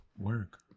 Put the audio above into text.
Work